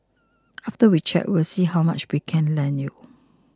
after we check we'll see how much we can lend you